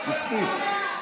מספיק.